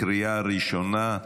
לקריאה ראשונה.